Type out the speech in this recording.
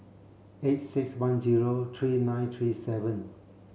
eight six one zero three nine three seven